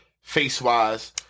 face-wise